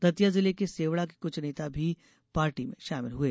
दतिया जिले के सेवड़ा के कुछ नेता भी पार्टी में शामिल हुए